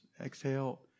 exhale